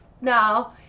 No